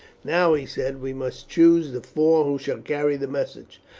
now, he said, we must choose the four who shall carry the message.